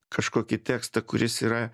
kažkokį tekstą kuris yra